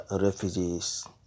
refugees